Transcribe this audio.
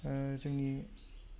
जोंनि